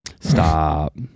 Stop